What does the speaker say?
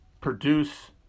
produce